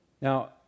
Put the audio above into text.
Now